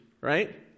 right